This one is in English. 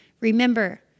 Remember